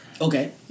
Okay